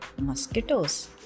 mosquitoes